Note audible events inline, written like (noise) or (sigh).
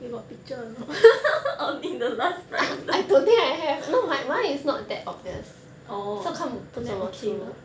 you got picture or not (laughs) of in the last time like orh then okay lah